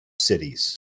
cities